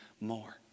more